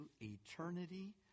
eternity